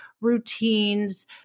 routines